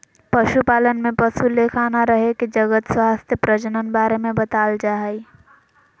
पशुपालन में पशु ले खाना रहे के जगह स्वास्थ्य प्रजनन बारे में बताल जाय हइ